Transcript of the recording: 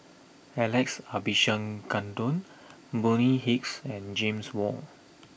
Alex Abisheganaden Bonny Hicks and James Wong